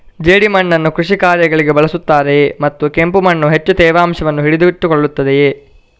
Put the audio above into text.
ಜೇಡಿಮಣ್ಣನ್ನು ಕೃಷಿ ಕಾರ್ಯಗಳಿಗೆ ಬಳಸುತ್ತಾರೆಯೇ ಮತ್ತು ಕೆಂಪು ಮಣ್ಣು ಹೆಚ್ಚು ತೇವಾಂಶವನ್ನು ಹಿಡಿದಿಟ್ಟುಕೊಳ್ಳುತ್ತದೆಯೇ?